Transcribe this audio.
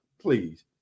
Please